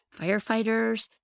firefighters